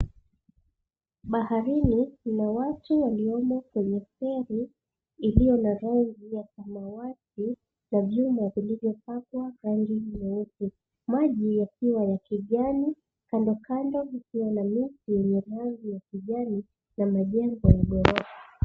Baharini kuna watu waliyomo kwenye feri iliyo na rangi ya samawati ya vyuma vilivyopakwa rangi nyeusi, maji yakiwa ya kijani kando kando kukiwa miti yenye rangi ya kijani na majengo ya ghorofa.